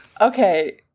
Okay